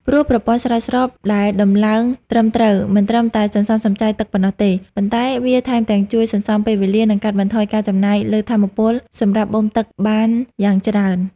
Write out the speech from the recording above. ព្រោះប្រព័ន្ធស្រោចស្រពដែលដំឡើងត្រឹមត្រូវមិនត្រឹមតែសន្សំសំចៃទឹកប៉ុណ្ណោះទេ ប៉ុន្តែវាថែមទាំងជួយសន្សំពេលវេលា និងកាត់បន្ថយការចំណាយលើថាមពលសម្រាប់បូមទឹកបានយ៉ាងច្រើន។